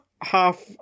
half